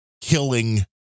killing